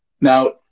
Now